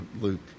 Luke